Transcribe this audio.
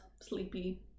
Sleepy